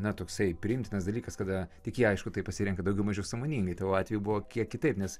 na toksai priimtinas dalykas kada tik jie aišku tai pasirenka daugiau mažiau sąmoningai tavo atveju buvo kiek kitaip nes